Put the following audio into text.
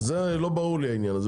זה לא ברור לי, העניין הזה.